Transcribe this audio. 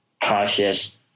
cautious